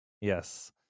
yes